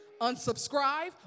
unsubscribe